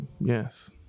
yes